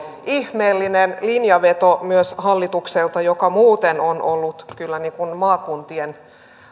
ihmeellinen linjanveto hallitukselta joka muuten on ollut kyllä maakuntien